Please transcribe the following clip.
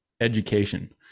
education